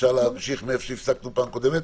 אפשר להמשיך מאיפה שהפסקנו בפעם הקודמת?